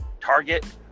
Target